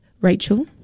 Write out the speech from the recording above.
Rachel